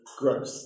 growth